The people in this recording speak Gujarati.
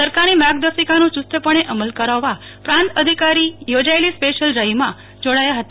સરકારની માર્ગદર્શિકાનું યુસ્તપણે અમલ કરાવવા પ્રાંત અધિકારી યોજાયેલી સ્પેશિયલ ડ્રાઇવમાં જોડાયા હતા